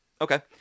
Okay